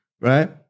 right